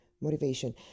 motivation